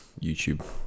YouTube